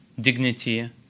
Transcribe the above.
dignity